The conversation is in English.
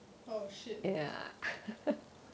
oh shit